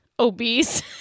Obese